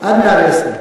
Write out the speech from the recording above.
עד מאה-ועשרים,